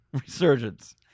Resurgence